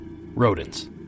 Rodents